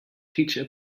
teacher